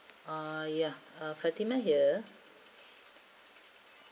ah yeah uh fatimah here